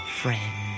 friend